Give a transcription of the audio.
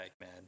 man